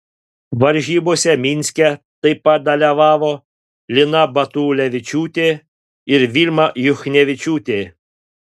varžybose minske taip pat dalyvavo lina batulevičiūtė ir vilma juchnevičiūtė